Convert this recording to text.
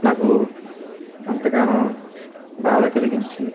నాకు ఎంతగానో బాధ కలిగించింది